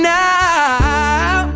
now